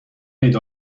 ایده